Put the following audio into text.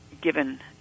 given